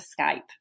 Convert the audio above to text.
Skype